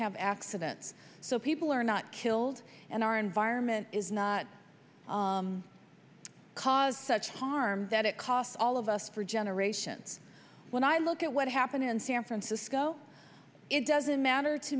have accidents so people are not killed and our environment is not cause such harm that it costs all of us for generations when i look at what happened in san francisco it doesn't matter to